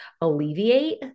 alleviate